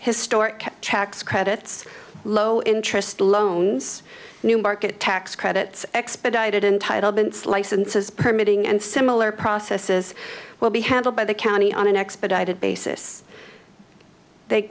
historic tax credits low interest loans new market tax credits expedited in title been sliced and says permitting and similar processes will be handled by the county on an expedited basis they